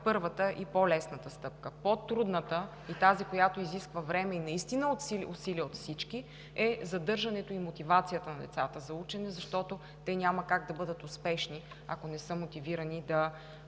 първата и по-лесната стъпка. По-трудната и тази, която изисква време и наистина усилия от всички, е задържането им и мотивацията на децата за учене, защото те няма как да бъдат успешни, ако не са мотивирани да